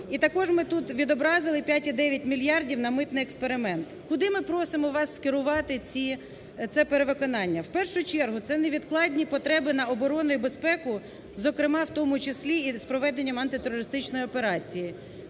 І також ми тут відобразили 5,9 мільярдів на митний експеримент. Куди ми просимо вас скерувати ці… це перевиконання? В першу чергу, це невідкладні потреби на оборону і безпеку, зокрема у тому числі і з проведенням антитерористичної операції.